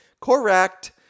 Correct